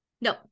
no